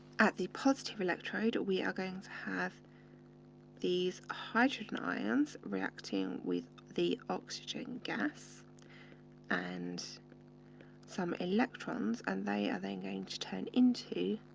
at the positive electrode, we are going to have these hydrogen ions reacting with the oxygen gas and some electrons, and they are and going to turn into